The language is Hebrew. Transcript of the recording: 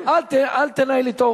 אל תנהל אתו